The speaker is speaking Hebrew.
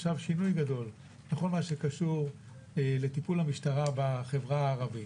אנחנו עושים עכשיו שינוי גדול בכל מה שקשור לטיפול המשטרה בחברה הערבית.